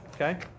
Okay